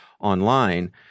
online